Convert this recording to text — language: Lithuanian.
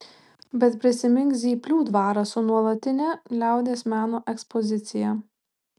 bet prisimink zyplių dvarą su nuolatine liaudies meno ekspozicija